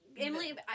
Emily